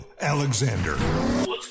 Alexander